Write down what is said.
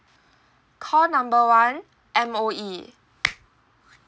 call number one M_O_E